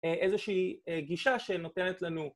איזושהי גישה שנותנת לנו